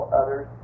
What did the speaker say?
others